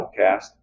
podcast